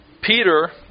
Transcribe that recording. Peter